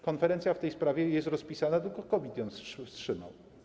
Konferencja w tej sprawie jest rozpisana, tylko COVID ją wstrzymał.